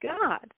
God